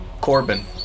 Corbin